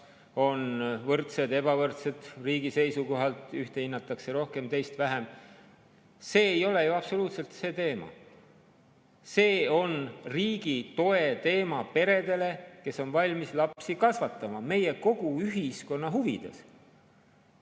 on võrdsed või ebavõrdsed riigi seisukohalt, kas ühte hinnatakse rohkem ja teist vähem. See ei ole ju absoluutselt see teema. See on riigi toe teema peredele, kes on valmis lapsi kasvatama kogu meie ühiskonna huvides.